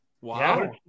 Wow